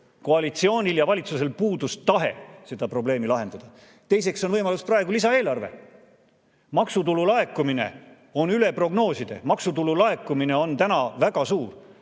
Koalitsioonil ja valitsusel puudus tahe seda probleemi lahendada. Teiseks on võimalus praegu [teha] lisaeelarve. Maksutulu laekumine on üle prognooside. Maksutulu laekumine on väga suur,